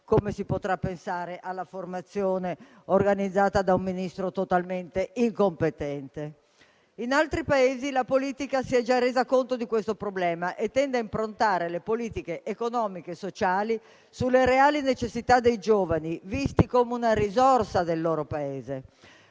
come si potrà pensare alla formazione organizzata da un Ministro totalmente incompetente. In altri Paesi la politica si è già resa conto di questo problema e tende a improntare le politiche economiche e sociali sulle reali necessità dei giovani, visti come una risorsa del loro Paese.